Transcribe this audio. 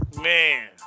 Man